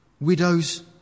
widows